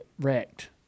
wrecked